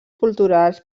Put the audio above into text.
culturals